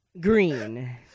Green